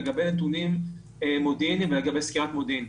לגבי נתונים מודיעיניים ולגבי סקירת מודיעין.